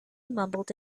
mumbled